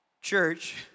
church